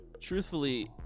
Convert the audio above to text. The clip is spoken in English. Truthfully